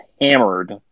hammered